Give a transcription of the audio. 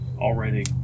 already